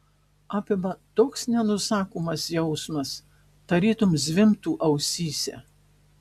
apima toks nenusakomas jausmas tarytum zvimbtų ausyse